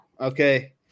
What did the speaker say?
Okay